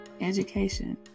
education